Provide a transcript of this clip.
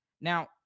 Now